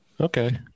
Okay